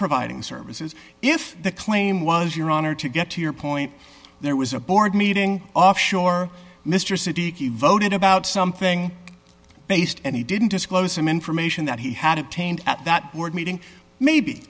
providing services if the claim was your honor to get to your point there was a board meeting offshore mr city voted about something based and he didn't disclose some information that he had obtained at that board meeting maybe